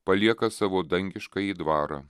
palieka savo dangiškąjį dvarą